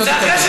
פייר.